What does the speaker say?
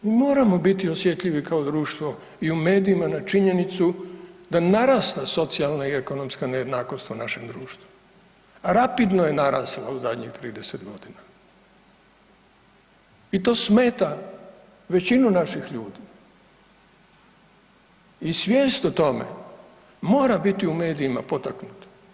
Mi moramo biti osjetljivi kao društvo i u medijima na činjenicu da narasta socijalna i ekonomska nejednakost u našem društvu, rapidno je narasla u zadnjih 30 godina i to smeta većinu naših ljudi i svijest o tome mora biti u medijima potaknuta.